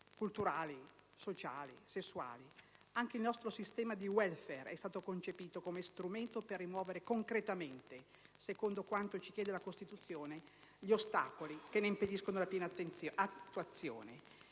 culturali, sociali, sessuali, eccetera; anche il nostro sistema di*welfare* è stato concepito come strumento per rimuovere concretamente, secondo quanto ci chiede la Costituzione, gli ostacoli che ne impediscono la piena attuazione.